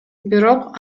бирок